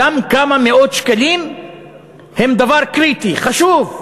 גם כמה מאות שקלים הם דבר קריטי, חשוב.